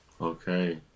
Okay